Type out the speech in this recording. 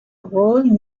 rôle